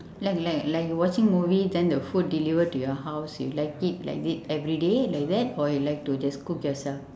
like like like watching movie then the food deliver to your house you like it like this every day like that or you like to just cook yourself